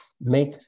make